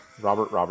Robert